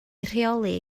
rheoli